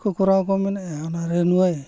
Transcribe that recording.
ᱠᱚ ᱠᱚᱨᱟᱣ ᱠᱚ ᱢᱮᱱᱮᱫᱼᱟ ᱚᱱᱟ